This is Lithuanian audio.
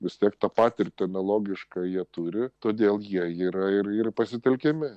vis tiek tą patirtį analogišką jie turi todėl jie yra ir ir pasitelkiami